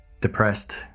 Depressed